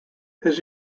his